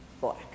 black